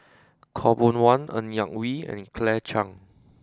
Khaw Boon Wan Ng Yak Whee and Claire Chiang